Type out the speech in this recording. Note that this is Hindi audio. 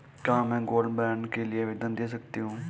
क्या मैं गोल्ड बॉन्ड के लिए आवेदन दे सकती हूँ?